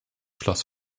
schloss